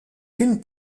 qu’une